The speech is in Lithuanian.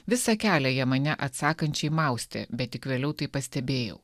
visą kelią jie mane atsakančiai maustė bet tik vėliau tai pastebėjau